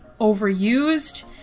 overused